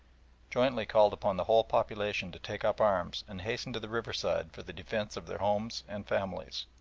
jointly called upon the whole population to take up arms and hasten to the riverside for the defence of their homes and families.